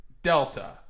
Delta